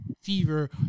fever